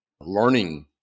learning